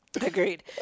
agreed